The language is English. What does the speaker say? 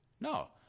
No